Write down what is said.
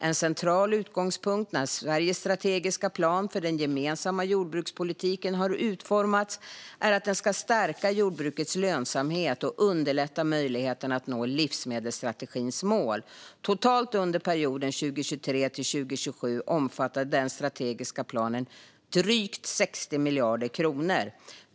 En central utgångspunkt när Sveriges strategiska plan för den gemensamma jordbrukspolitiken har utformats är att den ska stärka jordbrukets lönsamhet och underlätta möjligheten att nå livsmedelsstrategins mål. Totalt under perioden 2023-2027 omfattar den strategiska planen drygt 60 miljarder kronor.